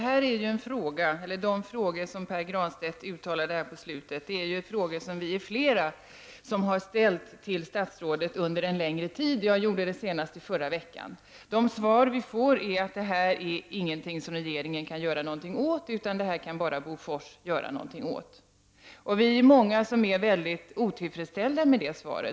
Herr talman! De frågor som Pär Granstedt ställde här på slutet är frågor som flera har ställt till statsrådet under en längre tid. Jag gjorde det senast förra veckan. De svar som vi har fått är att regeringen ingenting kan göra. Det är bara Bofors som kan göra någonting åt affären. Vi är många som är väldigt otillfredsställda med sådana svar.